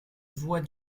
voit